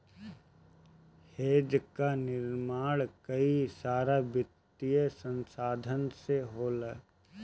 hedge कअ निर्माण कई सारा वित्तीय संसाधन से होला